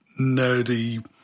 nerdy